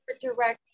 director